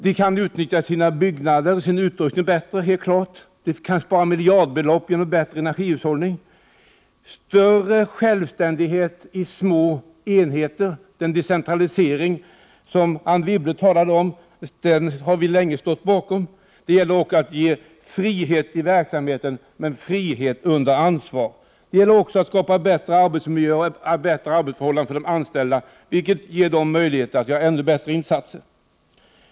De kan utnyttja sin utrustning och sina byggnader bättre. De kan spara miljardbelopp genom bättre energihushållning och genom större självständighet i små enheter. Den decentralisering som Anne Wibble talade om har vi länge stått bakom. Det gäller dock att ge frihet i verksamheten, men frihet under ansvar. Det gäller också att skapa bättre arbetsmiljö och arbetsförhållanden för de anställda, vilket ger dem möjlighet att göra ännu bättre insatser.